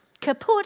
kaput